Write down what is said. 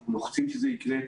אנחנו לוחצים שזה יקרה,